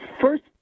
first